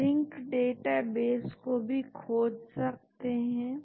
तो यह भी एक बहुत अच्छा सॉफ्टवेयर है जिसको कि आप मित्रगण देख सकते हैं